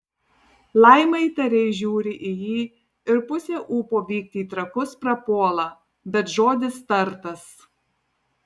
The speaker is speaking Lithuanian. laima įtariai žiūri į jį ir pusė ūpo vykti į trakus prapuola bet žodis tartas